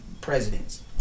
presidents